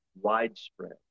widespread